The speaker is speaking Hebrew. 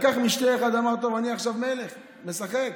לקח משתה אחד, אמר: טוב, אני עכשיו מלך, נשחק.